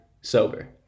sober